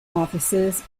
offices